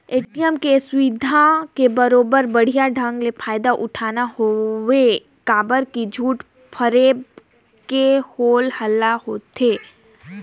ATM के ये सुबिधा के बरोबर बड़िहा ढंग के फायदा उठाना हवे काबर की झूठ फरेब के हो हल्ला होवथे